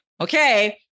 okay